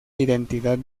identidad